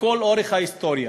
לכל אורך ההיסטוריה,